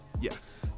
yes